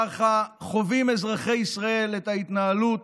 ככה חווים אזרחי ישראל את ההתנהלות,